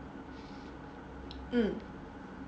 mm